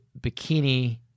bikini